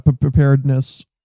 preparedness